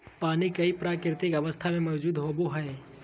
पानी कई प्राकृतिक अवस्था में मौजूद होबो हइ